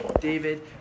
David